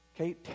okay